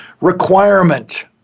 requirement